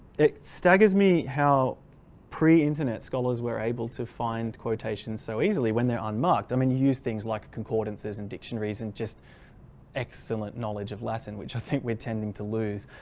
it staggers me how pre-internet scholars were able to find quotations so easily when they're unmarked. i mean use things like a concordance is in dictionaries and just excellent knowledge of latin which i think we're tending to lose.